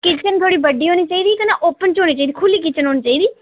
kitchen थोह्ड़ी बड्डी होनी चाहिदी कन्नै ओपन च होनी चाहिदी खु'ल्ली किचन होनी चाहिदी